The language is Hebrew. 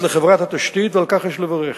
ועל כך יש לברך.